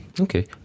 okay